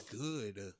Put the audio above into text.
good